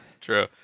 True